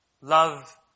Love